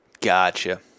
Gotcha